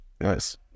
Nice